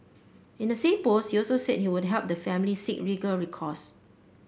in the same post you also said he would help the family seek legal recourse